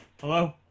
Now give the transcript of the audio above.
Hello